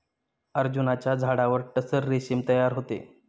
अर्जुनाच्या झाडावर टसर रेशीम तयार होते